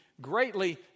greatly